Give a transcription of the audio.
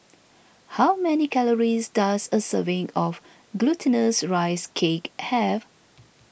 how many calories does a serving of Glutinous Rice Cake have